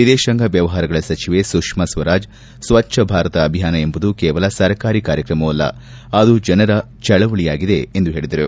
ವಿದೇಶಾಂಗ ವ್ಯವಹಾರಗಳ ಸಚಿವೆ ಸುಷ್ಕಾಸ್ತರಾಜ್ ಸ್ತಜ್ದ ಭಾರತ ಅಭಿಯಾನ ಎಂಬುದು ಕೇವಲ ಸರಕಾರಿ ಕಾರ್ಯಕ್ರಮವಲ್ಲ ಅದು ಜನರ ಚಳವಳಿಯಾಗಿದೆ ಎಂದು ಹೇಳಿದರು